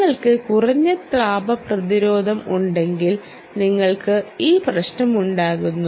നിങ്ങൾക്ക് കുറഞ്ഞ താപ പ്രതിരോധം ഉണ്ടെങ്കിൽ നിങ്ങൾക്ക് ഈ പ്രശ്നമുണ്ടാകുന്നു